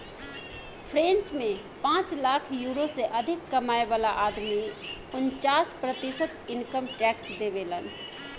French में पांच lakh euro से अधिक कमाए वाला आदमी उनन्चास प्रतिशत इनकम टैक्स देबेलन